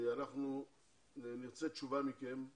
אנחנו נרצה תשובה מכם.